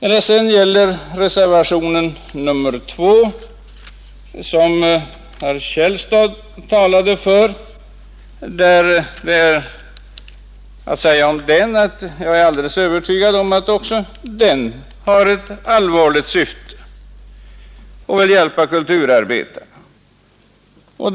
När det gäller reservationen 2, som herr Källstad talade för, så är jag alldeles övertygad om att också den har ett allvarligt syfte och vill hjälpa kulturarbetarna.